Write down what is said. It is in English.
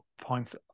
points